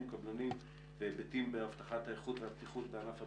קבלנים ובהיבטים באבטחת האיכות והבטיחות בענף הבנייה.